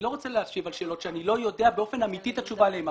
אני לא רוצה להשיב על שאלות שאני לא יודע באופן אמיתי את התשובה עליהן.